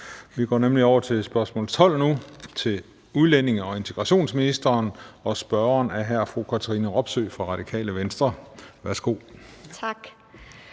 nemlig over til spørgsmål 12 nu til udlændinge- og integrationsministeren, og spørgeren er fru Katrine Robsøe fra Radikale Venstre. Kl.